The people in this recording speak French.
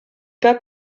pas